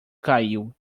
caiu